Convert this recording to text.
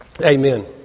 amen